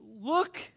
look